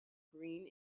green